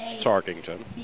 Tarkington